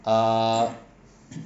err